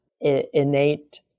innate